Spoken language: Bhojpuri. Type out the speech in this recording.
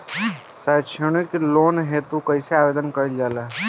सैक्षणिक लोन हेतु कइसे आवेदन कइल जाला?